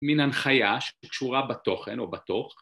‫מן הנחיה שקשורה בתוכן או בתוך.